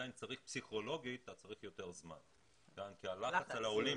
צריך פסיכולוגית יותר זמן כי הלחץ על העולים